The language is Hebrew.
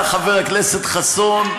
חבר הכנסת חסון,